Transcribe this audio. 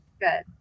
good